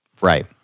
right